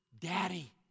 daddy